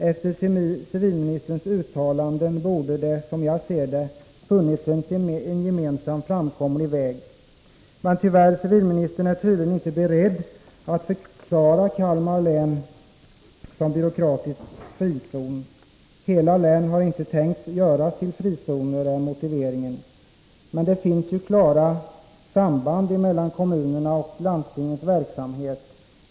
Efter civilministerns uttalanden borde det, som jag ser det, ha funnits en gemensam framkomlig väg. Men tyvärr är civilministern tydligen inte beredd att förklara Kalmar län som byråkratisk frizon. Motiveringen är att man inte tänker göra hela län till frizoner. Men det finns ju klara samband mellan kommunernas och landstingens verksamhet.